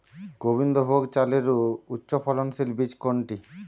গোবিন্দভোগ চালের উচ্চফলনশীল বীজ কোনটি?